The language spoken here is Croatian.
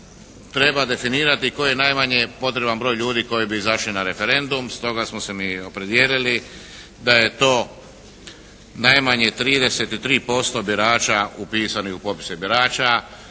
treba definirati koji je najmanje potreban broj ljudi koji bi izašli na referendum. Stoga smo se mi opredijelili da je to najmanje 33% birača upisanih u popise birača